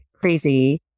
crazy